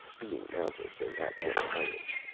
being mounted, they had more courage.